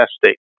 fantastic